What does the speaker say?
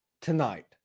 tonight